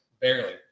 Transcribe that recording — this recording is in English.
Barely